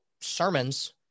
sermons